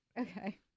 Okay